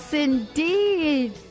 Indeed